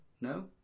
No